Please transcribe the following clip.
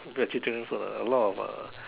vegetarian food lah a lot of uh